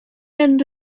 end